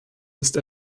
ist